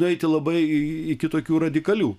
nueiti labai iki tokių radikalių